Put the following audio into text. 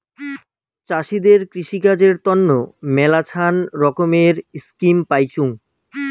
চাষীদের কৃষিকাজের তন্ন মেলাছান রকমের স্কিম পাইচুঙ